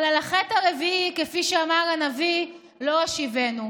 אבל על החטא הרביעי, כפי שאמר הנביא, לא אשיבנו.